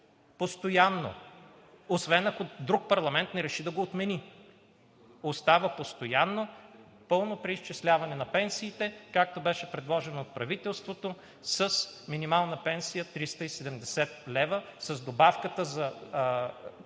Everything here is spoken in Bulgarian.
Постоянно, освен ако друг парламент не реши да го отмени! Остава постоянно пълно преизчисляване на пенсиите, както беше предложено от правителството, с минимална пенсия 370 лв., с добавката за